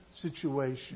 situation